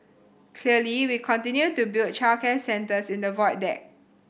clearly we continue to build childcare centres in the Void Deck